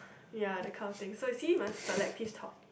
ya that kind of thing so you see must selective talk